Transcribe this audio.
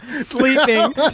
sleeping